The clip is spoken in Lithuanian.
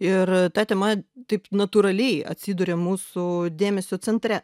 ir ta tema taip natūraliai atsiduria mūsų dėmesio centre